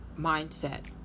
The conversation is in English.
mindset